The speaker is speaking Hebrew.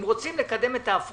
אם רוצים לקדם את ההפרטה,